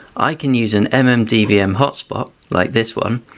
i can use an mmdvm hotspot like this one,